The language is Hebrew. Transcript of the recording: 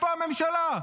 איפה הממשלה?